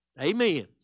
Amen